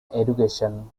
education